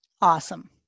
Awesome